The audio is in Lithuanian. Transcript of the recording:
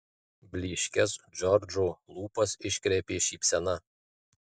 blyškias džordžo lūpas iškreipė šypsena